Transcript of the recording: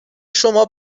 شما